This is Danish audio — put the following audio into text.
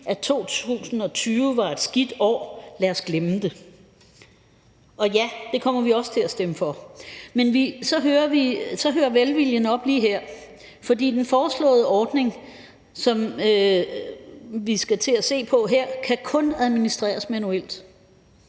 at 2020 var et skidt år, så lad os glemme det. Og ja, det kommer vi også til at stemme for. Men så hører velviljen op lige her, for den foreslåede ordning, som vi skal til at se på, kan kun administreres manuelt,